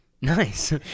Nice